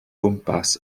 gwmpas